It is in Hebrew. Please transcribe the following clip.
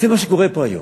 זה מה שקורה פה היום.